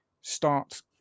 start